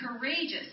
courageous